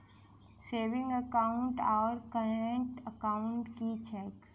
Saving account आओर current account की छैक?